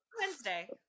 Wednesday